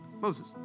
Moses